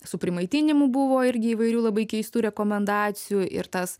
su primaitinimu buvo irgi įvairių labai keistų rekomendacijų ir tas